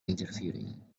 interfering